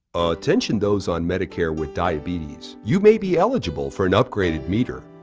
attention those on medicare with diabetes, you may be eligible for an upgraded meter.